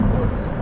Books